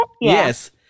Yes